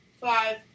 Five